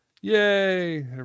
Yay